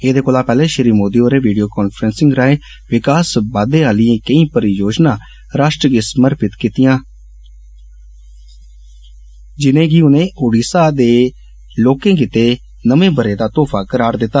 एदे कोला पैहले श्री मोदी होरें वीडियो कान्फ्रैंसिंग राऐ विकासबाद्दे आलिए कई परियोजना राश्ट्र गी समर्पित कीतियां जिनेंगी उनें ओडीषा दे लोकें गितै नमे बरे दा तोहफा करार दिता